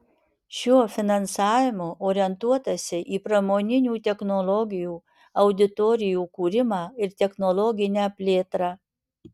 šiuo finansavimu orientuotasi į pramoninių technologijų auditorijų kūrimą ir technologinę plėtrą